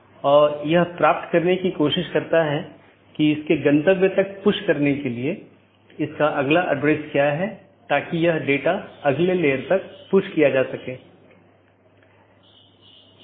आज हमने जो चर्चा की है वह BGP रूटिंग प्रोटोकॉल की अलग अलग विशेषता यह कैसे परिभाषित किया जा सकता है कि कैसे पथ परिभाषित किया जाता है इत्यादि